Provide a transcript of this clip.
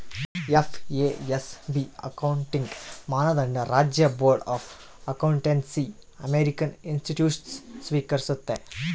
FASB accounting ಮಾನದಂಡ ರಾಜ್ಯ board of accountancy American institutes ಸ್ವೀಕರಿಸ್ತತೆ